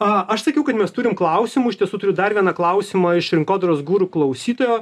a aš sakiau kad mes turim klausimų iš tiesų turiu dar vieną klausimą iš rinkodaros guru klausytojo